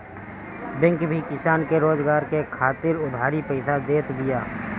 bank भी किसान के रोजगार करे खातिर उधारी पईसा देत बिया